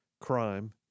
crime